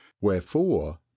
wherefore